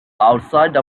outside